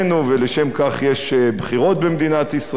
ולשם כך יש בחירות במדינת ישראל,